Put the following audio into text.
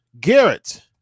garrett